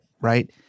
right